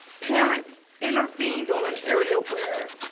parents intervened on an area where